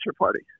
party